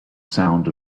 sound